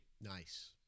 Nice